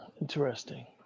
Interesting